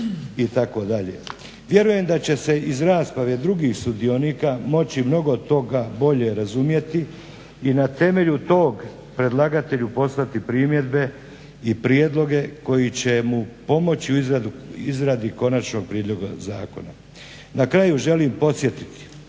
itd. Vjerujem da će se iz rasprave drugih sudionika moći mnogo toga bolje razumjeti i na temelju tog predlagatelju poslati prijedloge i primjedbe koji će mu pomoći u izradi konačnog prijedloga zakona. Na kraju želim podsjetiti